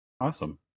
Awesome